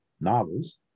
novels